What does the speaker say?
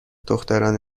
دختران